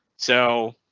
so.